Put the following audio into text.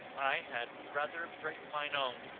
i had rather break mine own.